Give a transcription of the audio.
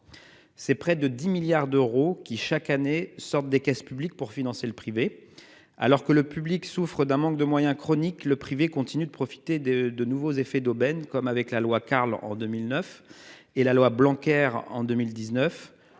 C'est près de 10 milliards d'euros qui chaque année sortent des caisses publiques pour financer le privé alors que le public souffrent d'un manque de moyens. Chronique le privé continue de profiter de, de nouveaux effets d'aubaine, comme avec la loi Carle en 2009 et la loi blanquette en 2019.